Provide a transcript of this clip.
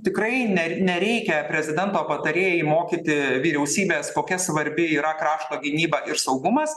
tikrai ner nereikia prezidento patarėjai mokyti vyriausybės kokia svarbi yra krašto gynyba ir saugumas